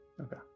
Okay